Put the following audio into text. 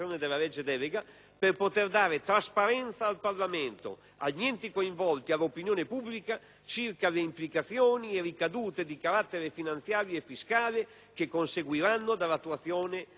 per poter dare trasparenza al Parlamento, agli enti coinvolti e all'opinione pubblica circa le implicazioni e le ricadute di carattere finanziario e fiscale che conseguiranno dall'attuazione delle nuove norme.